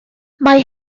mae